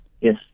Yes